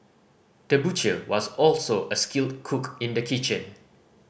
the butcher was also a skilled cook in the kitchen